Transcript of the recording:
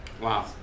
Wow